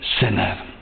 sinner